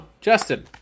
justin